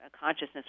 consciousness